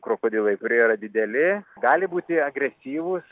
krokodilai kurie yra dideli gali būti agresyvūs